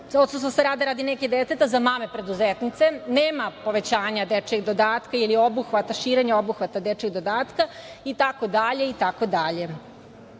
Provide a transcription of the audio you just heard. odsustvo sa rada radi nege deteta za male preduzetnice, nema povećanja dečijeg dodatka ili obuhvata, širenja obuhvata dečijeg dodatka, itd.